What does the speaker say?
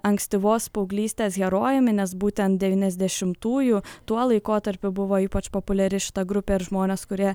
ankstyvos paauglystės herojumi nes būtent devyniasdešimtųjų tuo laikotarpiu buvo ypač populiari šita grupė ir žmonės kurie